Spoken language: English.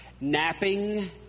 napping